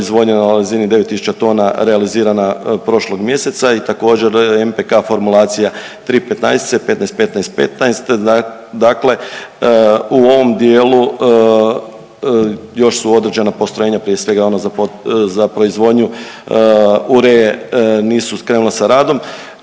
na razini 9 tisuća tona realizirana prošlog mjeseca i također NPK formulacija tri 15-tice, 15-15-15, dakle u ovom dijelu još su određena postrojenja, prije svega ono za proizvodnju ureae, nisu krenula sa radom